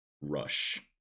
rush